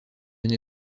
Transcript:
n’ai